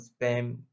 spam